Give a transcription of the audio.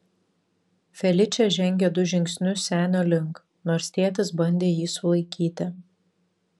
feličė žengė du žingsnius senio link nors tėtis bandė jį sulaikyti